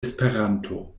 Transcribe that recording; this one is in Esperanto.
esperanto